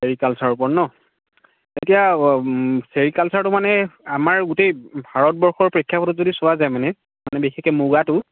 ছেৰিকালছাৰৰ ওপৰত ন এতিয়া ছেৰিকালছাৰটো মানে আমাৰ গোটেই ভাৰতবৰ্ষৰ প্ৰেক্ষাপটত যদি চোৱা যায় মানে মানে বিশেষকৈ মুগাটো